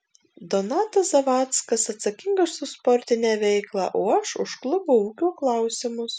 donatas zavackas atsakingas už sportinę veiklą o aš už klubo ūkio klausimus